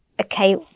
okay